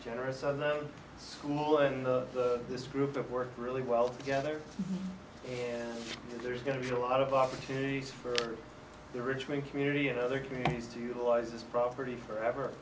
generous of the school and this group of work really well together there's going to be a lot of opportunities for the richmond community and other communities to utilize this property forever